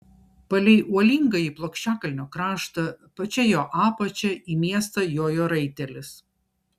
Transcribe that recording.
palei uolingąjį plokščiakalnio kraštą pačia jo apačia į miestą jojo raitelis